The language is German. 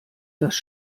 dass